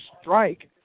strike